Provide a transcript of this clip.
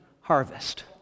harvest